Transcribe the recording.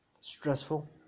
stressful